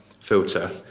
filter